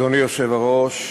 אדוני היושב-ראש,